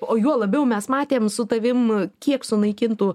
o juo labiau mes matėm su tavim kiek sunaikintų